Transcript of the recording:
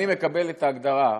אני מקבל את ההגדרה,